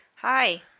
Hi